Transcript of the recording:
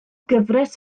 gyfres